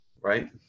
right